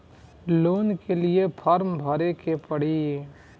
Loan के लिए form भरे के पड़ी?